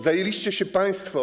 Zajęliście się państwo.